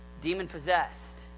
Demon-possessed